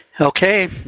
Okay